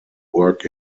work